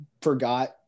forgot